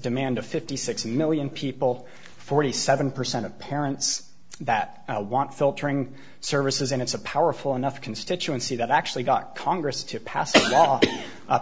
demand of fifty six million people forty seven percent of parents that want filtering services and it's a powerful enough constituency that actually got congress to pass up